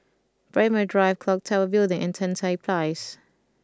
Braemar Drive Clock Tower Building and Tan Tye Place